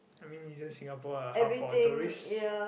I mean isn't Singapore a hub for a tourist